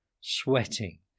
sweating